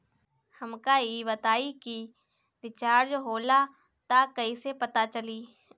हमका ई बताई कि रिचार्ज होला त कईसे पता चली?